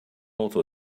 auto